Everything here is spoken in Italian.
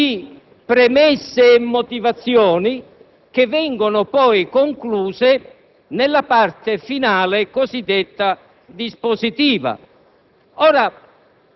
le premesse, lo svolgimento dell'ordine del giorno e le conclusioni del medesimo. L'ordine del giorno